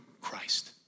Christ